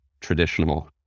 traditional